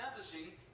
establishing